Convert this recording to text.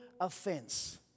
offense